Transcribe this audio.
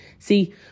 See